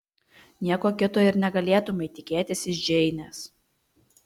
nieko kito ir negalėtumei tikėtis iš džeinės